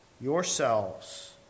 yourselves